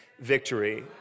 victory